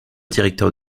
directeur